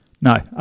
No